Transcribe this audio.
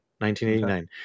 1989